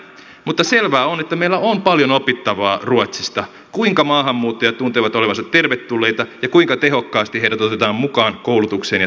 mutta selvää on että meillä on paljon opittavaa ruotsista siinä kuinka maahanmuuttajat tuntevat olevansa tervetulleita ja kuinka tehokkaasti heidät otetaan mukaan koulutukseen ja työelämään